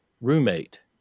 roommate